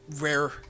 rare